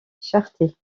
charter